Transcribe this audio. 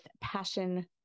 passion